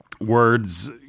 words